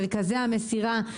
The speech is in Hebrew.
מרכזי המסירה.